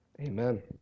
Amen